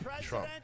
Trump